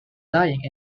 dying